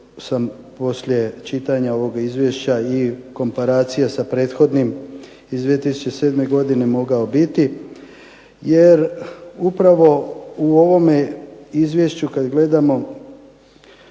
poslije čitanja ovog izvješća i komparacije sa prethodnim iz 2007. godine mogao biti jer upravo u ovome izvješću kad gledamo